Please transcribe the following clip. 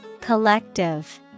Collective